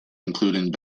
included